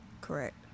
Correct